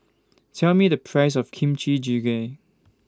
Tell Me The Price of Kimchi Jjigae